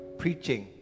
preaching